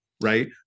right